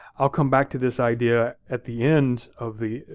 i'll come back to this idea at the end of the,